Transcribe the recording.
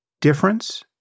difference